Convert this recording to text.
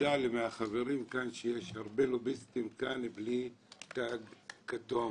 נודע לי מהחברים כאן שיש הרבה לוביסטים כאן בלי תג כתום.